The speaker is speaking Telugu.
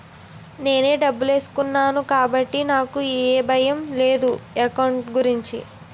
నానే డబ్బులేసుకున్నాను కాబట్టి నాకు ఏ భయం లేదు ఎకౌంట్ గురించి